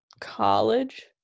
college